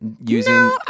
using